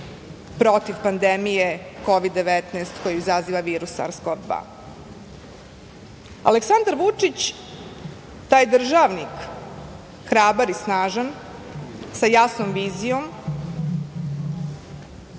protiv pandemije Kovid-19, koju izaziva virus SARS-CoV-2.Aleksandar Vučić, taj državnik hrabar i snažan, sa jasnom vizijom